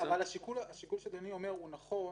השיקול שאדוני אומר הוא נכון